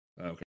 Okay